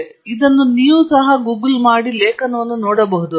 ವಾಸ್ತವವಾಗಿ ನೀವು ಇದನ್ನು ಗೂಗಲ್ ಮಾಡಬಹುದು ಮತ್ತು ಲೇಖನವನ್ನು ಕಾಣಬಹುದು